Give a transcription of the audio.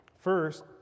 First